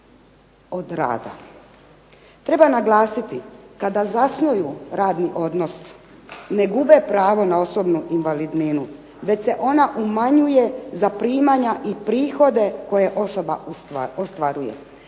od rada. Treba naglasiti kada zasnuju radni odnos ne gube pravo na osobnu invalidninu već se ona umanjuje za primanja i prihode koje osoba ostvaruje.